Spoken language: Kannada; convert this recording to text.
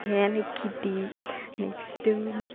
ಏಲಕ್ಕಿ ಟೀ ನೆಕ್ಸ್ಟು